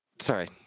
Sorry